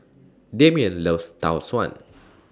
Dameon loves Tau Suan